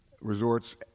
Resorts